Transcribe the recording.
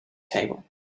table